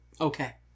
Okay